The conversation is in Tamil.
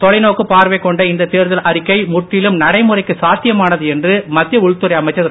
தொலைநோக்கு பார்வை கொண்ட இந்த தேர்தல் அறிக்கை முற்றிலும் நடைமுறைக்கு சாத்தியமானது என்று மத்திய உள்துறை அமைச்சர் திரு